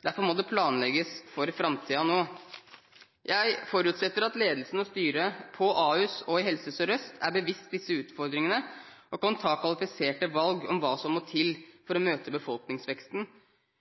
Derfor må det planlegges for framtiden nå. Jeg forutsetter at ledelsen og styret ved Ahus og i Helse Sør-Øst er bevisst på disse utfordringene, og kan ta kvalifiserte valg om hva som må til for å møte befolkningsveksten,